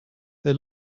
they